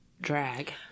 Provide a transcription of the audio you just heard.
drag